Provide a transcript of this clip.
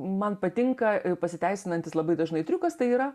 man patinka pasiteisinantis labai dažnai triukas tai yra